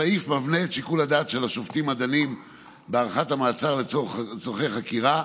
הסעיף מבנה את שיקול הדעת של השופטים הדנים בהארכת המעצר לצורכי חקירה,